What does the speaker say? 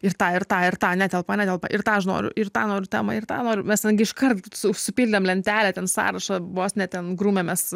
ir tą ir tą ir tą netelpa netelpa ir tą aš noriu ir tą noriu temą ir tą noriu mes ten gi iškart su supildėm lentelę ten sąrašą vos ne ten grūmėmės